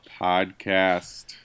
podcast